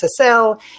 SSL